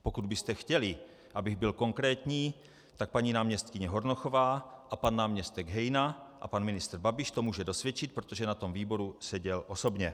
Pokud byste chtěli, abych byl konkrétní, tak paní náměstkyně Hornochová a pan náměstek Hejna, a pan ministr Babiš to může dosvědčit, protože na tom výboru seděl osobně.